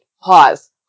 pause